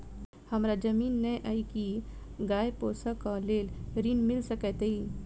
हमरा जमीन नै अई की गाय पोसअ केँ लेल ऋण मिल सकैत अई?